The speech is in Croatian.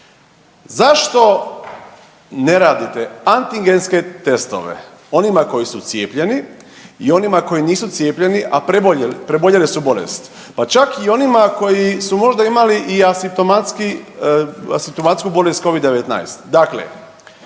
Zašto ne radite antigenske testove onima koji su cijepljeni i onima koji nisu cijepljeni, a preboljeli su bolest, pa čak i onima koji su možda imali i asimptomatsku bolest Covid-19?